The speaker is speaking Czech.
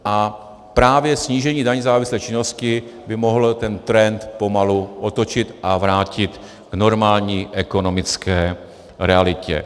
A právě snížení daně ze závislé činnosti by mohlo ten trend pomalu otočit a vrátit k normální ekonomické realitě.